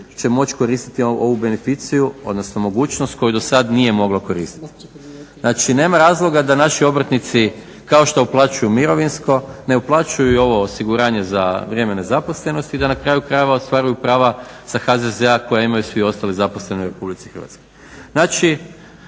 će moći koristit ovu beneficiju, odnosno mogućnost koju dosad nije moglo koristiti. Znači nema razloga da naši obrtnici kao što uplaćuju mirovinsko, ne uplaćuju i ovo osiguranje za vrijeme nezaposlenosti, da na kraju krajeva ostvaruju prava sa HZZ-a koja imaju svi ostali zaposleni u Republici Hrvatskoj.